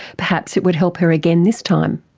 perhaps it would help her again this time.